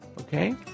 okay